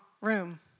room